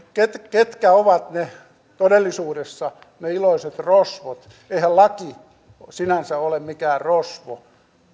ketkä ovat todellisuudessa ne iloiset rosvot eihän laki sinänsä ole mikään rosvo